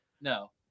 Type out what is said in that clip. No